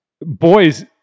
Boys